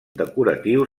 decoratiu